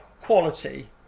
quality